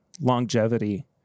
longevity